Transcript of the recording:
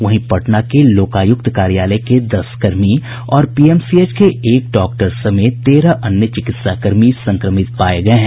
वहीं पटना के लोकायुक्त कार्यालय के दस कर्मी और पीएमसीएच के एक डॉक्टर समेत तेरह अन्य चिकित्सा कर्मी संक्रमित पाये गये हैं